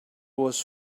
was